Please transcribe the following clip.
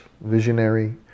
visionary